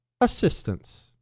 assistance